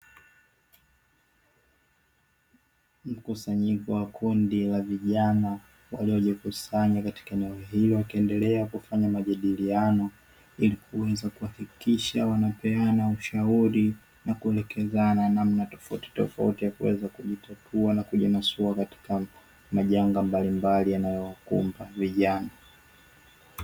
Mkusanyiko wa kundi la vijana waliojikusanya katika eneo hilo wakiendelea kufanya majadiliano, ili kuweza kuhakikisha wanapeana ushauri na kuelekezana namna tofautitofauti, ya kuweza kujitegua na kujinasua kutoka katika majanga yanayowakumba vijana.